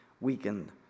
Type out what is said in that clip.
weakened